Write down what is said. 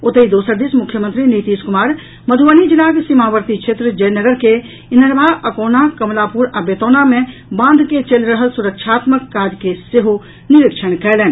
ओतहि दोसर दिस मुख्यमंत्री नीतीश कुमार मधुबनी जिलाक सीमावर्ती क्षेत्र जयनगर के ईनरबा अकौन्हा कमलापुर आ बेतौन्हा मे बांध के चलि रहल सुरक्षात्मक काज के सेहो निरीक्षण कयलनि